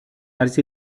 arts